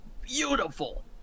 beautiful